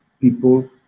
people